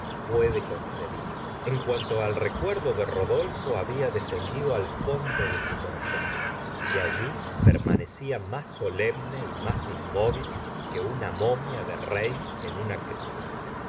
puede concebir en cuanto al r ecuerdo de rodolfo ba bia descendido al fondo de su corazón y allí permanecía más solemne y más inmóvil que una momia de rey en una t ripta